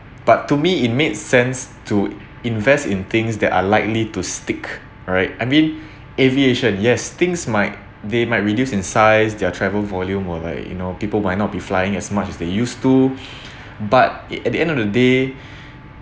but to me it made sense to invest in things that are likely to stick right I mean aviation yes things might they might reduce in size their travel volume or like you know people might not be flying as much as they used to but it at the end of the day